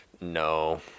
No